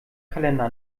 kalender